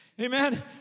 Amen